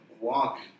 walk